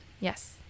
yes